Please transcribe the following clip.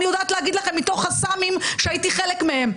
אני יודעת להגיד לכם מתוך חס"מים שהייתי חלק מהן.